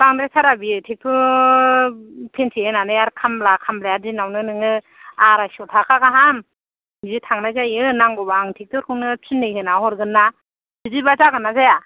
बांद्राय थारा बेयो ट्रेक्टर फिनसे होनानै आरो खामला खामलाया दिनावनो नोङो आराइस' थाखा गाहाम बिदि थांनाय जायो नांगौबा आं ट्रेक्टरखौनो फिननै होना हरगोन ना बिदिबा जागोन ना जाया